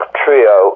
trio